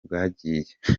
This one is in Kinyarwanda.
bwagiye